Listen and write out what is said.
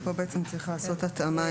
פה צריך לעשות התאמה אם זה גם כתב אישום.